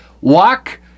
walk